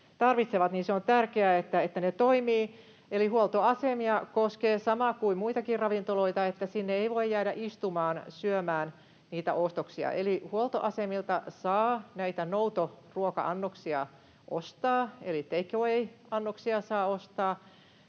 tarvitsevat, toimivat. Huoltoasemia koskee sama kuin muitakin ravintoloita, että sinne ei voi jäädä istumaan ja syömään niitä ostoksia, eli huoltoasemilta saa näitä noutoruoka-annoksia ostaa eli take away ‑annoksia saa ostaa,